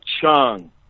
Chung